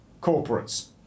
corporates